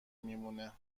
میمونه